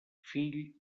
fill